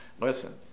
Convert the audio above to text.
listen